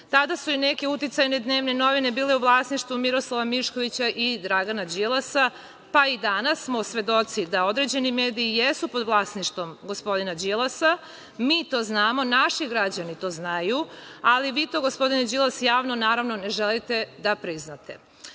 su i neke uticajne dnevne novine bile u vlasništvu Miroslava Miškovića i Dragana Đilasa, pa i danas smo svedoci da određeni mediji i jesu pod vlasništvom gospodina Đilasa. Mi to znamo, naši građani to znaju, ali vi to gospodine Đilas javno, naravno ne želite da priznate. Poštovani